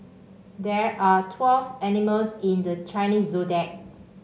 there are twelve animals in the Chinese Zodiac